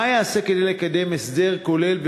שאלותי: 1. מה ייעשה כדי לקדם הסדר הכולל?